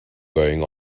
going